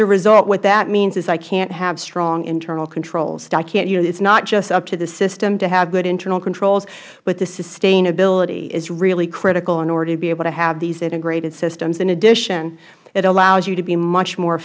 a result what that means is i can't have strong internal controls it is not just up to the system to have good internal controls but the sustainability is really critical in order to be able to have these integrated systems in addition it allows you to be much more